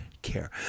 care